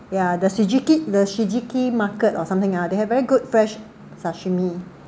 ya the tsujiki the tsukiji market or something ah know they have very good fresh sashimi